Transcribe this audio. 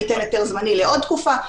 ניתן היתר זמני לעוד תקופה.